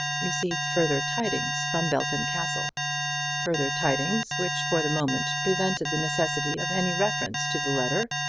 received further tidings from belton castle further tidings which for the moment prevented the necessity of any reference to the letter,